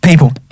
People